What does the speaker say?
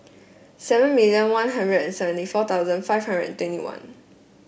seven million One Hundred and seventy four thousand five hundred and twenty one